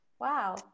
Wow